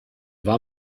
war